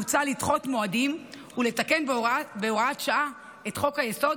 מוצע לדחות מועדים ולתקן בהוראת שעה את חוק-היסוד,